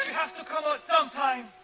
have to come out sometime.